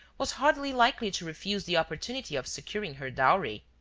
was hardly likely to refuse the opportunity of securing her dowry.